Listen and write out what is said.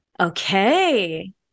Okay